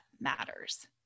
matters